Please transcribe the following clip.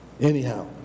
anyhow